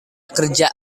kerja